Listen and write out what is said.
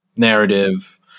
narrative